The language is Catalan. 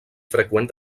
freqüent